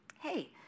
hey